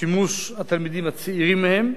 שימוש התלמידים הצעירים מהם.